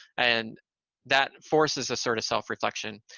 and that forces a sort of self-reflection,